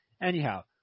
anyhow